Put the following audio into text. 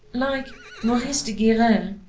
like maurice de guerin,